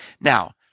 Now